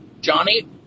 Johnny